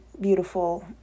beautiful